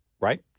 Right